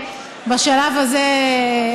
בשלב הזה,